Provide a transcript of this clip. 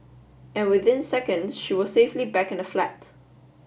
and within seconds she was safely back in the flat